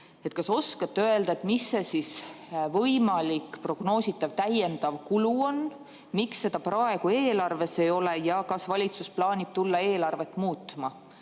Kas oskate öelda, mis see võimalik prognoositav täiendav kulu on, miks seda praegu eelarves ei ole ja kas valitsus plaanib tulla eelarvet muutma,